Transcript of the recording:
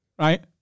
Right